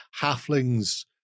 halflings